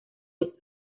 eso